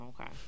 Okay